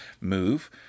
move